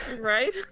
right